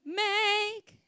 make